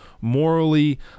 morally